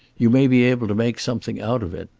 you may be able to make something out of it.